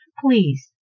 please